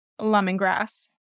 lemongrass